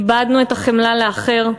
איבדנו את החמלה לאחר,